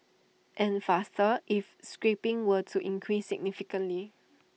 and faster if scrapping were to increase significantly